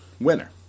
winner